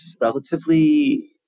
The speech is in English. relatively